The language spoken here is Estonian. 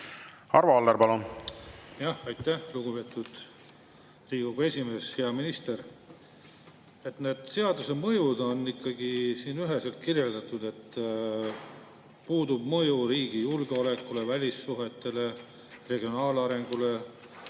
Arvo Aller, palun! Aitäh, lugupeetud Riigikogu esimees! Hea minister! Need seaduse mõjud on ikkagi siin üheselt kirjeldatud: puudub mõju riigi julgeolekule, välissuhetele, regionaalarengule,